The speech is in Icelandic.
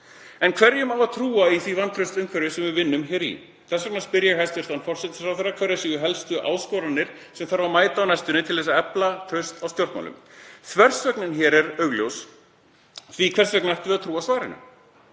En hverjum á að trúa í því vantraustsumhverfi sem við vinnum? Þess vegna spyr ég hæstv. forsætisráðherra hverjar séu helstu áskoranir sem þarf að mæta á næstunni til að efla traust á stjórnmálum. Þversögnin er augljós: Hvers vegna ættum við að trúa svarinu?